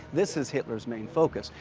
this is hitler's main focus.